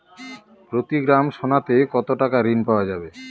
প্রতি গ্রাম সোনাতে কত টাকা ঋণ পাওয়া যাবে?